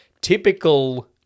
typical